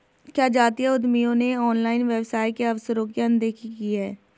क्या जातीय उद्यमियों ने ऑनलाइन व्यवसाय के अवसरों की अनदेखी की है?